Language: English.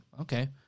okay